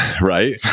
right